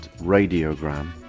radiogram